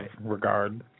regard